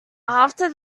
after